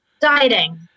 Dieting